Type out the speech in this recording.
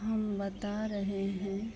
हम बता रहे हैं